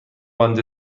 باند